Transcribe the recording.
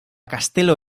kastelo